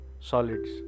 solids